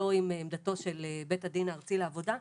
לא עם עמדתו של בית הדין הארצי לעבודה.